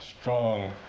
strong